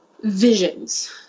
visions